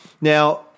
Now